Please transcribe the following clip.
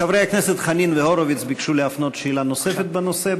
חברי הכנסת חנין והורוביץ ביקשו להפנות שאלה נוספת בנושא.